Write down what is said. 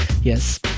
yes